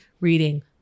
reading